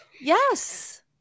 yes